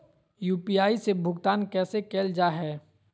UPI से भुगतान कैसे कैल जहै?